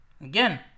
Again